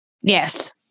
Yes